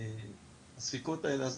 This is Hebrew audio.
הספיקות האלה,